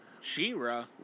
She-Ra